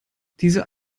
diese